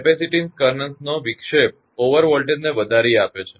capacitance current નો વિક્ષેપઅવરોધ over વોલ્ટેજને વધારી આપે છે